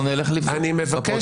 אנחנו נלך לבדוק בפרוטוקול.